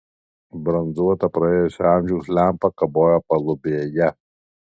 bronzuota praėjusio amžiaus lempa kabojo palubėje